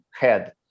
head